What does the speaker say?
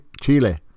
Chile